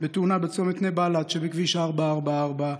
בתאונה בצומת נבלט שבכביש 444,